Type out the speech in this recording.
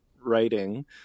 writing